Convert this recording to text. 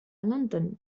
لندن